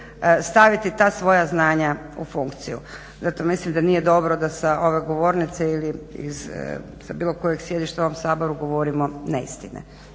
staviti ta svoja znanja u funkciju. Zato mislim da nije dobro da sa ove govornice ili sa bilo kojeg sjedišta u ovom Saboru govorimo neistine,